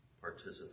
participate